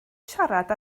siarad